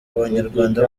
abanyarwanda